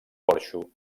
porxo